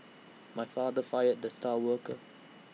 my father fired the star worker